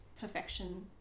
perfection